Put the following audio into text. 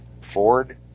Ford